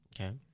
Okay